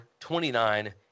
29